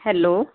hello